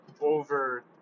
over